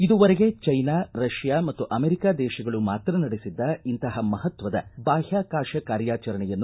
ಇದು ವರೆಗೆ China Russia ಮತ್ತು ಅಮೆರಿಕ ದೇಶಗಳು ಮಾತ್ರ ನಡೆಸಿದ್ದ ಇಂತಹ ಮಹತ್ವದ ಬಾಹ್ಕಾಕಾಶ ಕಾರ್ಯಾಚರಣೆಯನ್ನು